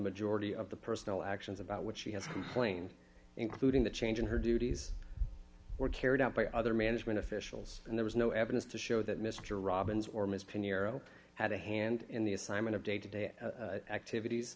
majority of the personal actions about which she has complained including the change in her duties were carried out by other management officials and there was no evidence to show that mr robbins or ms pinero had a hand in the assignment of day to day activities